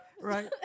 right